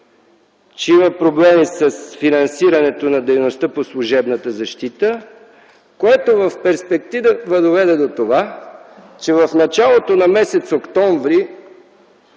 че има проблеми с финансирането на дейността по служебната защита, което в перспектива доведе до това, че в началото на м. октомври